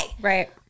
Right